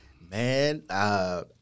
man